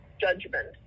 judgment